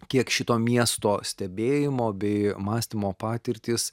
kiek šito miesto stebėjimo bei mąstymo patirtys